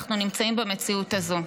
אנחנו נמצאים במציאות הזו.